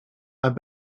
have